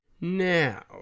Now